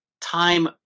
Time